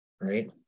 Right